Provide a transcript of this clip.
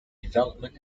development